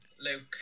Luke